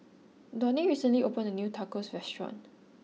Donnie recently opened a new Tacos restaurant